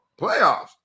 Playoffs